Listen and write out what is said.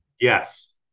Yes